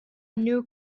new